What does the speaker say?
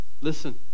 Listen